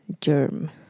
Germ